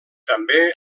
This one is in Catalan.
també